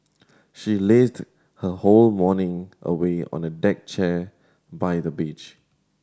she lazed her whole morning away on a deck chair by the beach